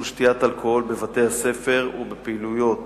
שתיית אלכוהול בבתי-הספר ובפעילויות